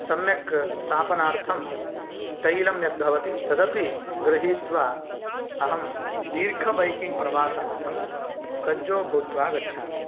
सम्यक् स्थापनार्थं तैलं यद्भवति तदपि गृहीत्वा अहं दीर्घबैकिङ्ग् प्रवासार्थं सज्जो भूत्वा गच्छामि